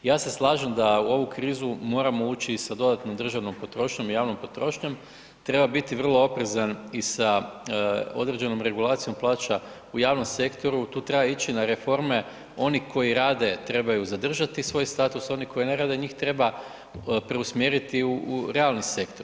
Ja se slažem da u ovu krizu moramo ući i sa dodatnom državnom potrošnjom i javnom potrošnjom, treba biti vrlo oprezan i sa određenom regulacijom plaća i u javnom sektoru tu treba ići na reforme, oni koji rade trebaju zadržati svoj status, oni koji ne rade njih treba preusmjeriti u realni sektor.